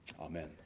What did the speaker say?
Amen